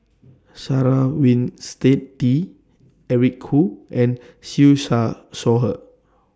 Sarah Winstedt Eric Khoo and Siew Shaw Her